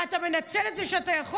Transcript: מה, אתה מנצל את זה שאתה יכול?